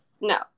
no